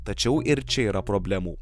tačiau ir čia yra problemų